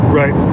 right